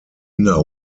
inner